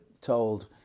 told